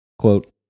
Quote